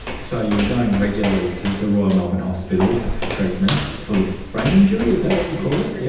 so you were going regularly to the royal melbourne hospital for for treatment for the brain injury, is that what you call it? yes,